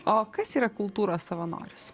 o kas yra kultūros savanoris